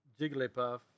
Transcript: Jigglypuff